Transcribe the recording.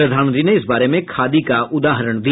प्रधानमंत्री ने इस बारे में खादी का उदाहरण दिया